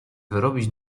wyrobić